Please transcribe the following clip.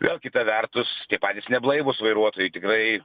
vėl kita vertus tie patys neblaivūs vairuotojai tikrai